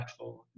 impactful